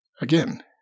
Again